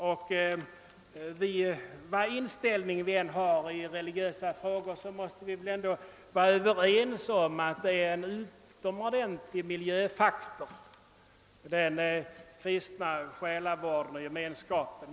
Vilken inställning vi än har i religiösa frågor måste vi väl ändå vara överens om att den kristna själavården och gemenskapen är en utomordentlig miljöfaktor.